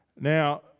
now